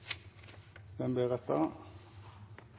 Den ble